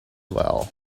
well